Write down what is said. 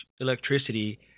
electricity